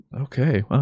Okay